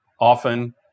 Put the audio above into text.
often